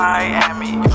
Miami